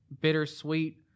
bittersweet